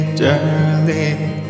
darling